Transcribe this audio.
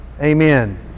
amen